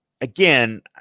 again